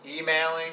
Emailing